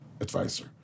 advisor